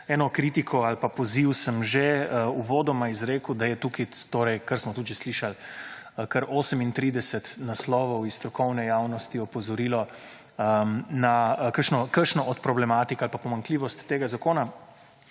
Eno kritiko ali pa poziv sem že uvodoma izrekel, da je tukaj torej, kar smo tudi že slišali, kar 38 naslovov iz strokovne javnosti opozorilo na kakšno od problematik ali pa pomanjkljivost tega zakona.